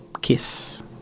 Kiss